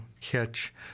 catch